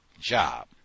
job